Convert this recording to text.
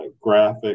graphic